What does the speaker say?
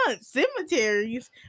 cemeteries